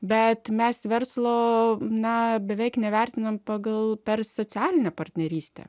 bet mes verslo na beveik nevertinam pagal per socialinę partnerystę